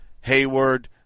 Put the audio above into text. Hayward